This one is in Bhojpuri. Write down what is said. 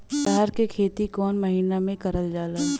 अरहर क खेती कवन महिना मे करल जाला?